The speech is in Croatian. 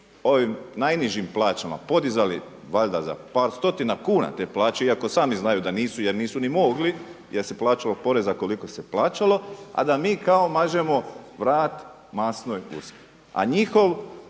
ovim najnižim plaćama podizali valjda za par stotina kuna te plaće, iako sami znaju da nisu jer nisu ni mogli, jer se plaćalo poreza koliko se plaćalo, a da mi kao mažemo vrat masnoj guski. A njihov